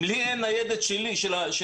אם אין לי ניידת שלנו,